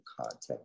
content